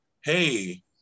hey